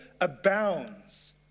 abounds